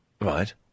Right